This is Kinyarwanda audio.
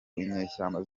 inyeshyamba